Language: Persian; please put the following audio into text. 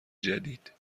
جدید